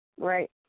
Right